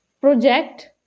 project